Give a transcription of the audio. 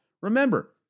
Remember